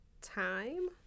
time